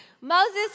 Moses